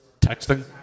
Texting